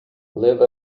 live